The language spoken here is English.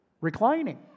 reclining